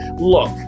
Look